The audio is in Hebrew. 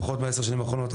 לפחות בעשר השנים האחרונות,